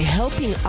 helping